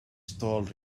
stalled